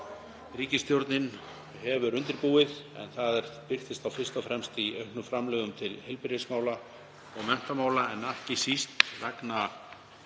ríkisstjórnin hefur undirbúið. Það birtist fyrst og fremst í auknum framlögum til heilbrigðismála og menntamála en ekki síst vegna